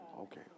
Okay